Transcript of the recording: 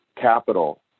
capital